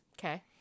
Okay